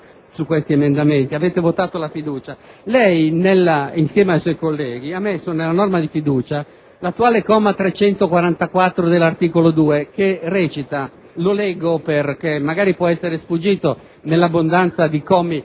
su questi emendamenti, avete votato la fiducia. Lei, insieme ai suoi colleghi, ha inserito nella norma di fiducia l'attuale comma 344 dell'articolo 2 che leggo, perché magari può essere sfuggito nell'abbondanza di commi.